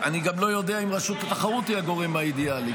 אני גם לא יודע אם רשות התחרות היא הגורם האידיאלי,